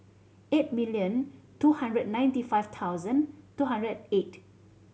eight million two hundred ninety five thousand two hundred eight